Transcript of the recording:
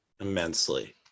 immensely